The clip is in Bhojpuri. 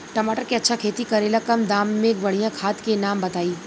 टमाटर के अच्छा खेती करेला कम दाम मे बढ़िया खाद के नाम बताई?